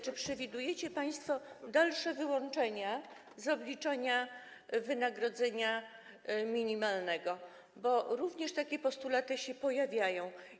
Czy przewidujecie państwo dalsze wyłączenia z obliczania wynagrodzenia minimalnego, bo takie postulaty się pojawiają?